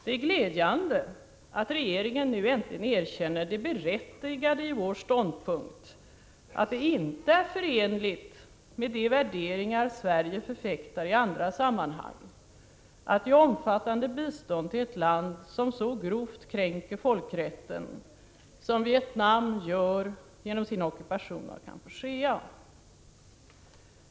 Det är glädjande att regeringen nu äntligen erkänner det berättigade i vår ståndpunkt, att det inte är förenligt med de värderingar Sverige förfäktar i andra sammanhang att ge omfattande bistånd till ett land som så grovt kränker folkrätten som Vietnam gör genom sin ockupation av Kampuchea.